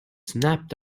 snapped